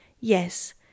Yes